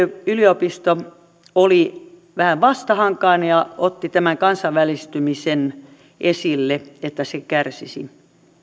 yliopisto oli vähän vastahankainen ja otti tämän kansainvälistymisen esille että se kärsisi